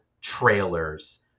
trailers